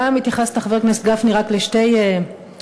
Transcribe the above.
אתה התייחסת, חבר הכנסת גפני, רק לשתי פניות.